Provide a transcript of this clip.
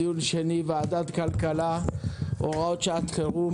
דיון שני בוועדת הכלכלה בנושא הוראות שעת חירום